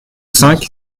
cinq